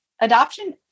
adoption